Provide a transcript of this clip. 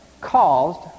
caused